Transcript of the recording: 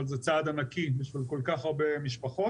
אבל זה צעד ענקי בשביל כל כך הרבה משפחות.